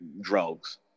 drugs